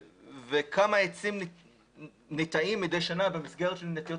כמה עצים ניטעים מדי שנה במסגרת של נטיעות